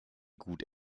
gut